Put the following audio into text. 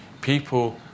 people